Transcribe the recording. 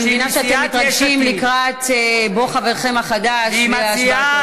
אני מבינה שאתם מתרגשים לקראת בוא חברכם החדש להשבעתו.